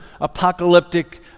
apocalyptic